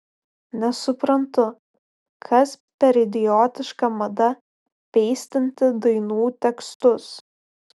nesuprantu kas per idiotiška mada peistinti dainų tekstus